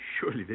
Surely